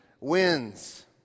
wins